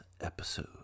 episode